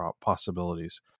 possibilities